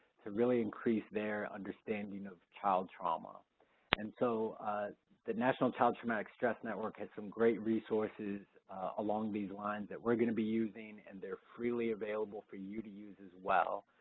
to really increase their understanding of child trauma and so the national child traumatic stress network has some great resources along these lines that we're gonna be using and they're freely available for you to use as well.